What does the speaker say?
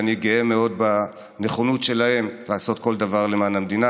ואני גאה מאוד בנכונות שלהם לעשות כל דבר למען המדינה.